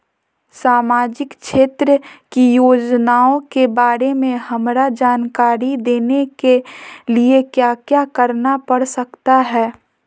सामाजिक क्षेत्र की योजनाओं के बारे में हमरा जानकारी देने के लिए क्या क्या करना पड़ सकता है?